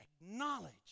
acknowledge